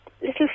little